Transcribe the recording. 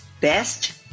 Best